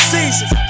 Seasons